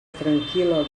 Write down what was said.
tranquil·la